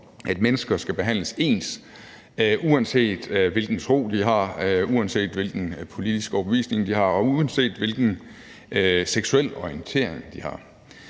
at mennesker skal behandles ens, uanset hvilken tro de har, uanset hvilken politisk overbevisning de har, og uanset hvilken seksuel orientering de har.